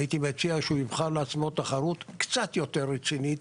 הייתי מציע שיבחר לעצמו תחרות קצת יותר רצינית,